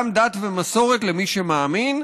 גם דת ומסורת למי שמאמין,